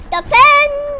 Defend